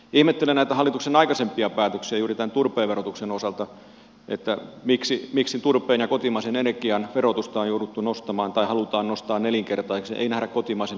ihmettelen näitä hallituksen aikaisempia päätöksiä juuri tämän turpeen verotuksen osalta että miksi turpeen ja kotimaisen energian verotus halutaan nostaa nelinkertaiseksi ei nähdä kotimaisen energian etuja